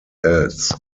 else